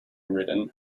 ridden